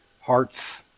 hearts